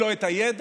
אין לו את הידע.